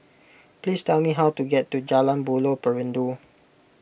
please tell me how to get to Jalan Buloh Perindu